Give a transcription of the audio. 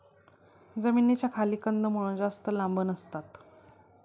जमिनीच्या खाली कंदमुळं जास्त लांब नसतात